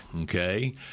okay